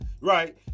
Right